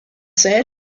said